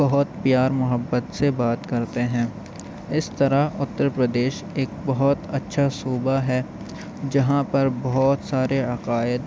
بہت پیار محبت سے بات کرتے ہیں اس طرح اتّر پردیش ایک بہت اچھا صوبہ ہے جہاں پر بہت سارے عقائد